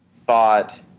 thought